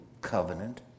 covenant